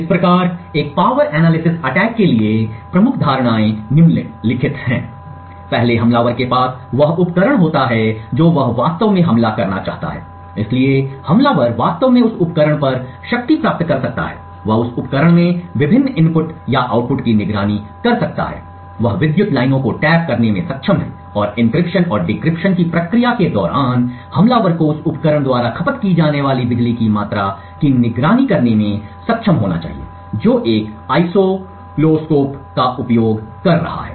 इस प्रकार एक पावर एनालिसिस अटैक के लिए प्रमुख धारणाएं निम्नलिखित हैं पहले हमलावर के पास वह उपकरण होता है जो वह वास्तव में हमला करना चाहता है इसलिए हमलावर वास्तव में इस उपकरण पर शक्ति प्राप्त कर सकता है वह उस उपकरण में विभिन्न इनपुट या आउटपुट की निगरानी कर सकता है वह विद्युत लाइनों को टैप करने में सक्षम है और एन्क्रिप्शन और डिक्रिप्शन की प्रक्रिया के दौरान हमलावर को उस उपकरण द्वारा खपत की जाने वाली बिजली की मात्रा की निगरानी करने में सक्षम होना चाहिए जो एक ऑसिलोस्कोप का उपयोग कर रहा है